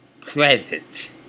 present